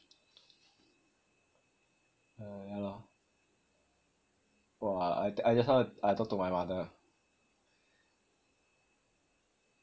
uh yah lor !wah! I t~ I just now I talk to my mother